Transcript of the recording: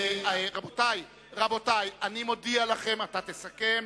אתה תסכם.